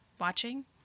watching